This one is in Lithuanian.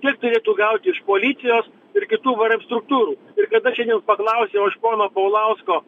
tiek turėtų gauti iš policijos ir kitų vrm struktūrų ir kada šiandien paklausiau aš pono paulausko